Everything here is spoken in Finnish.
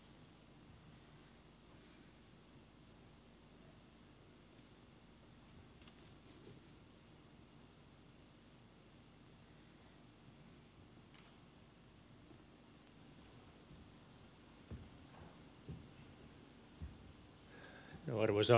arvoisa puhemies